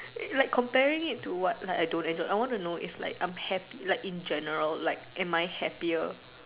like comparing it to what like I don't and so I want to know if like I'm happy like in general like am I happier